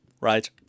right